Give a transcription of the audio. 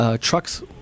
Trucks